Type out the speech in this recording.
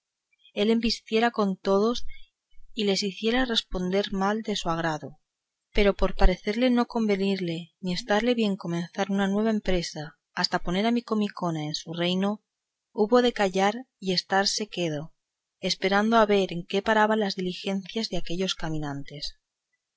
él embistiera con todos y les hiciera responder mal de su grado pero por parecerle no convenirle ni estarle bien comenzar nueva empresa hasta poner a micomicona en su reino hubo de callar y estarse quedo esperando a ver en qué paraban las diligencias de aquellos caminantes